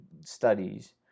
studies